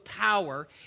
power